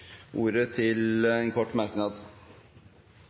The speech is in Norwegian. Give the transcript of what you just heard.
ordet til en kort merknad,